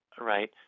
right